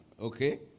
okay